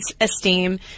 esteem